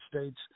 States